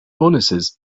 bonuses